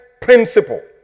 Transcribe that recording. principle